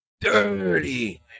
Dirty